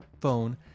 phone